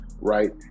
right